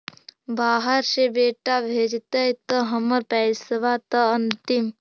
बाहर से बेटा भेजतय त हमर पैसाबा त अंतिम?